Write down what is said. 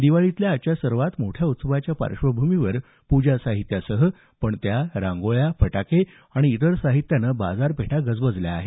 दिवाळीतल्या आजच्या सर्वात मोठ्या उत्सवाच्या पार्शंभूमीवर पूजासाहित्यासह पणत्या रांगोळ्या फटाके आणि इतर साहित्याने बाजारपेठा गजबजल्या आहेत